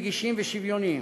נגישים ושוויוניים.